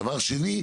דבר שני,